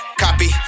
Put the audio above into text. copy